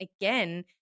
again